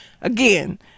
again